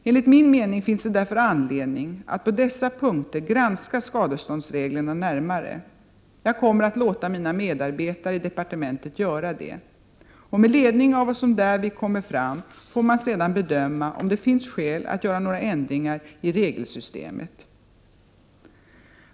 Enligt min mening finns det därför anledning att på dessa punkter granska skadeståndsreglerna närmare. Jag kommer att låta mina medarbetare i departementet göra det. Med ledning av vad som därvid kommer fram får man sedan bedöma om det finns skäl att göra några ändringar i regelsys | temet.